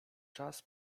czas